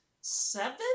seven